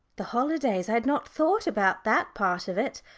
the holidays! i had not thought about that part of it.